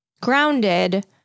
grounded